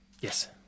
Yes